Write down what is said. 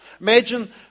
Imagine